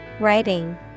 Writing